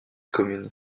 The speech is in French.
communes